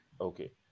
Okay